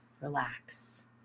relax